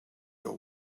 your